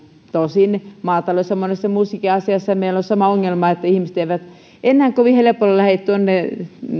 tosin maataloudessa ja monessa muussakin asiassa meillä on sama ongelma että ihmiset eivät enää kovin helpolla lähde tuonne